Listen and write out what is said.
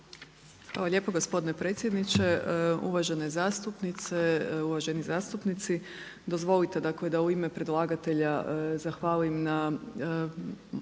Hvala lijepo gospodine predsjedniče, uvažene zastupnice, uvaženi zastupnici. Dozvolite dakle da u ime predlagatelja zahvalim na,